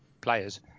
players